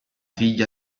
figlia